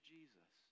Jesus